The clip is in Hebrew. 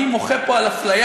אני מוחה פה על אפליה,